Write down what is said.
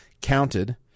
counted